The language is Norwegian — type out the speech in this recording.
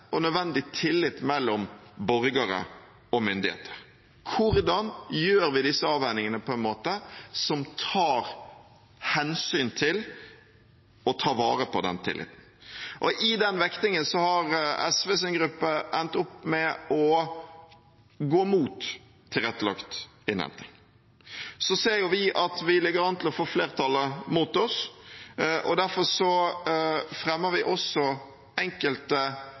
og nødvendig tillit mellom borgere og myndigheter. Hvordan gjør vi disse avveiningene på en måte som tar hensyn til og tar vare på den tilliten? I den vektingen har SVs gruppe endt opp med å gå mot tilrettelagt innhenting. Så ser vi at vi ligger an til å få flertallet mot oss. Derfor fremmer vi også enkelte